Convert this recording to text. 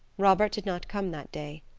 robert did not come that day.